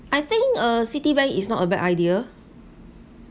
I think uh citibank is not a bad idea